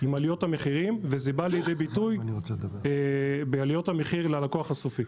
עם עליות המחירים וזה בא לידי ביטוי בעליות המחיר ללקוח הסופי.